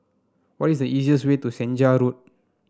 what is the easiest way to Senja Road